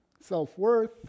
self-worth